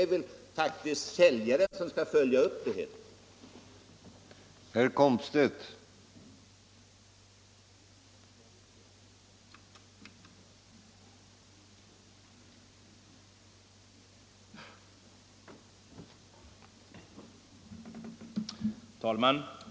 Det bör vara säljarens sak att följa upp den kontrollen.